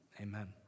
Amen